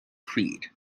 creed